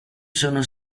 sono